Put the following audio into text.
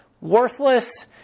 worthless